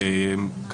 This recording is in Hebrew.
זאת באמת שאלה.